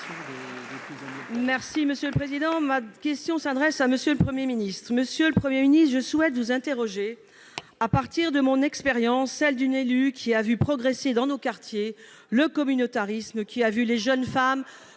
Les Républicains. Ma question s'adresse à M. le Premier ministre. Monsieur le Premier ministre, je souhaite vous interroger à partir de mon expérience, celle d'une élue qui a vu progresser dans nos quartiers le communautarisme, qui a vu les jeunes femmes